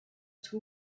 two